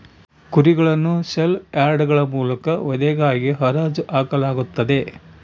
ಕುರಿಗಳನ್ನು ಸೇಲ್ ಯಾರ್ಡ್ಗಳ ಮೂಲಕ ವಧೆಗಾಗಿ ಹರಾಜು ಹಾಕಲಾಗುತ್ತದೆ